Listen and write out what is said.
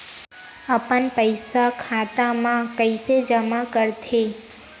अपन पईसा खाता मा कइसे जमा कर थे?